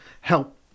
help